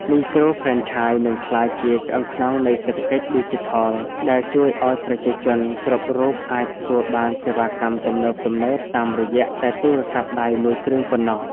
មីក្រូហ្វ្រេនឆាយនឹងក្លាយជា "ឆ្អឹងខ្នងនៃសេដ្ឋកិច្ចឌីជីថល" ដែលជួយឱ្យប្រជាជនគ្រប់រូបអាចទទួលបានសេវាកម្មទំនើបៗតាមរយៈតែទូរស័ព្ទដៃមួយគ្រឿងប៉ុណ្ណោះ។